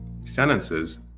sentences